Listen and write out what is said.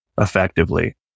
effectively